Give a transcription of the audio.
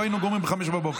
לא היינו גומרים ב-05:00,